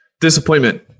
disappointment